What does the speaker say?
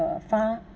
uh far